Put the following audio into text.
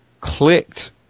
clicked